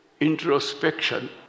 introspection